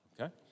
okay